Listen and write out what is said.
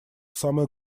самое